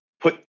put